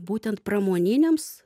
būtent pramoniniams